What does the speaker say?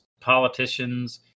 politicians